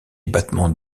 battements